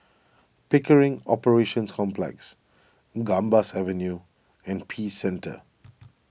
Pickering Operations Complex Gambas Avenue and Peace Centre